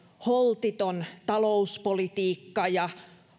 holtiton talouspolitiikka ja